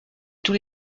tous